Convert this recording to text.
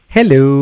Hello